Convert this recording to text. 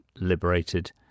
liberated